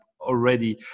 already